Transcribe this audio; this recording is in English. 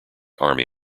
army